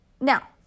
Now